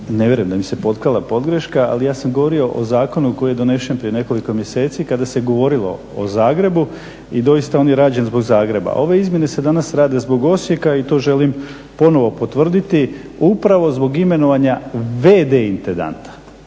ne vjerujem da mi se potkrala pogreška, ali ja sam govorio o zakonu koji je donešen prije nekoliko mjeseci kada se govorilo o Zagrebu i doista on je rađen zbog Zagreba. Ove izmjene se danas rade zbog Osijeka i to želim ponovo potvrditi, upravo zbog imenovanja v.d. intendanta